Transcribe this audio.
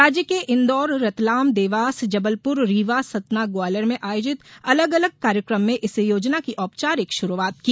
राज्य के इंदौर रतलाम देवास जबलपुर रीवा सतना ग्वालियर में आयोजित अलग अलग कार्यक्रम में इस योजना की औपचारिक शुरूआत की